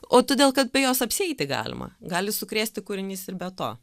o todėl kad be jos apsieiti galima gali sukrėsti kūrinys ir be to